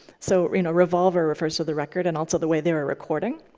so you know revolver refers to the record and also the way they were recording.